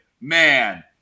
man